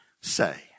say